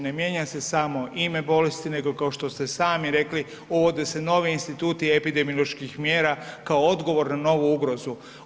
Ne mijenja se samo ime bolesti, nego kao što ste sami rekli, uvode se novi instituti epidemioloških mjera kao odgovor na novu ugrozu.